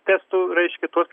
testu reiškia tuos